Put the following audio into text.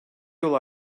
yol